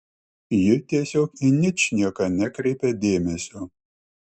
ji tiesiog į ničnieką nekreipė dėmesio